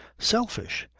selfish!